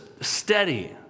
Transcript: steady